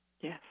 Yes